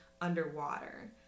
underwater